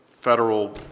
federal